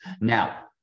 Now